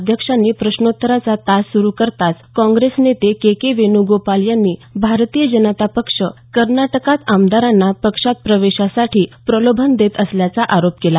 अध्यक्षांनी प्रश्नोत्तराचा तास सुरु करताच काँग्रेस नेते के के वेणुगोपाल यांनी भारतीय जनता पक्ष कर्नाटकात आमदारांना पक्षात प्रवेशासाठी प्रलोभन देत असल्याचा आरोप केला